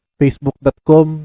facebook.com